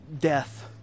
death